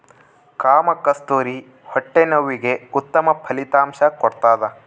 ಕಾಮಕಸ್ತೂರಿ ಹೊಟ್ಟೆ ನೋವಿಗೆ ಉತ್ತಮ ಫಲಿತಾಂಶ ಕೊಡ್ತಾದ